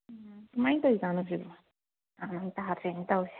ꯎꯝ ꯀꯃꯥꯏ ꯇꯧꯔꯤꯖꯥꯠꯅꯣ ꯁꯤꯕꯣ ꯒ꯭ꯌꯥꯟ ꯃꯦꯟ ꯇꯥꯗ꯭ꯔꯦꯅꯦ ꯇꯧꯔꯤꯁꯦ